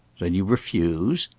then you refuse?